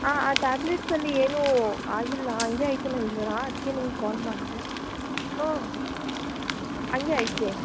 ಹಾಂ ಆ ಟ್ಯಾಬ್ಲೆಟ್ಸಲ್ಲಿ ಏನೂ ಆಗಿಲ್ಲ ಹಂಗೆ ಐತೆ ನಂಗೆ ಜ್ವರ ಅದಕ್ಕೆ ನಿಮ್ಗೆ ಕಾಲ್ ಮಾಡಿದೆ ಓ ಹಂಗೆ ಐತೆ